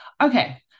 Okay